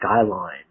skyline